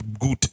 good